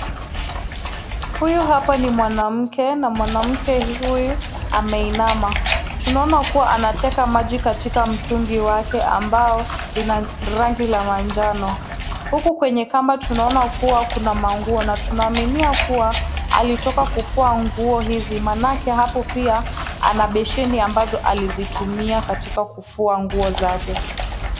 Huyu hapa ni mwanamke, na mwanamke huyu, ameinama, tunaona kuwa anateka maji katika mtungi wake ambao, dina rangi ya manjano, huku kwenye kamba tunaona kuwa kuna manguo na tunaaminia kuwa, alitoka kufua nguo hizi, manake hapo pia ana besheni ambazo alizitumia katika kufua nguo zake.